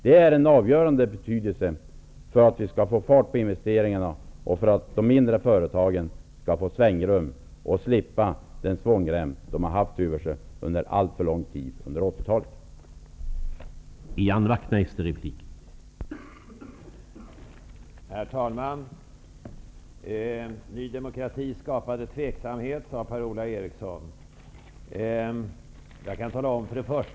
Det är av avgörande betydelse för att vi skall få fart på investeringarna och för att de mindre företagen skall få svängrum och slippa den svångrem de dragits med under en alltför lång tid under 1980